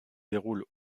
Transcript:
déroule